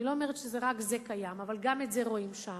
אני לא אומרת שרק זה קיים, אבל גם את זה רואים שם,